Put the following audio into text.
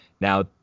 now